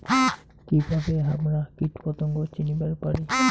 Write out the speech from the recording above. কিভাবে হামরা কীটপতঙ্গ চিনিবার পারি?